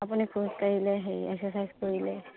আপুনি খোজাঢ়িলে হেৰি এক্সেচাইজ কৰিলে